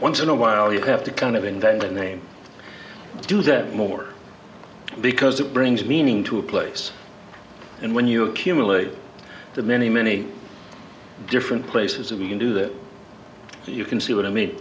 once in a while you have to kind of invent a name to do that more because it brings meaning to a place and when you accumulate the many many different places that we can do that you can see what i mean